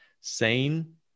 sane